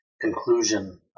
conclusion